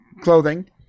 clothing